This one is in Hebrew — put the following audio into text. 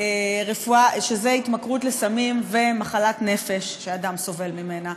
שזה התמכרות לסמים ומחלת נפש שאדם סובל ממנה,